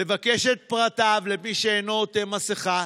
לבקש את פרטיו של מי שאינו עוטה מסכה,